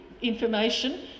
information